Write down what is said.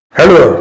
Hello